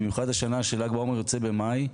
במיוחד השנה של"ג בעומר יוצא במאי.